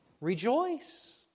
Rejoice